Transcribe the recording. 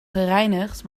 gereinigd